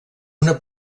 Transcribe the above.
una